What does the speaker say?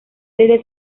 desde